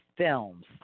Films